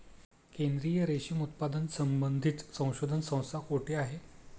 केंद्रीय रेशीम उत्पादन संबंधित संशोधन संस्था कोठे आहे?